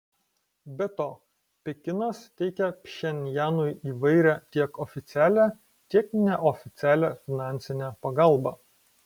be to pekinas teikia pchenjanui įvairią tiek oficialią tiek neoficialią finansinę pagalbą